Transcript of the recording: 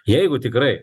jeigu tikrai